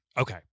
Okay